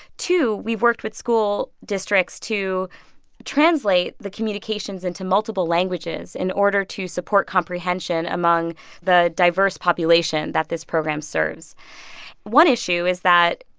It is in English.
two, we've worked with school districts to translate the communications into multiple languages in order to support comprehension among the diverse population that this program serves one issue is that,